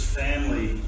family